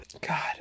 God